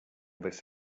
this